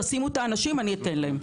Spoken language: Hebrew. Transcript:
תשימו את האנשים, אני אתן להם.